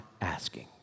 asking